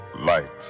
light